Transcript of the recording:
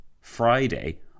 Friday